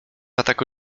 ataku